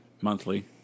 monthly